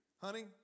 Honey